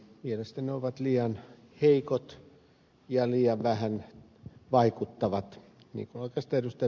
mielestäni ne ovat liian heikot ja liian vähän vaikuttavat niin kuin oikeastaan ed